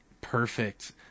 perfect